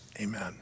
amen